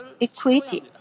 equity